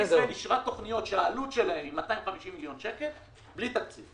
ממשלת ישראל אישרה תוכניות שהעלות שלהן היא 250 מיליון שקל בלי תקציב.